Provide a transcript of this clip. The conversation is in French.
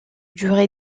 durée